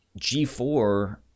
G4